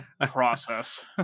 process